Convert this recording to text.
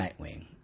Nightwing